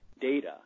data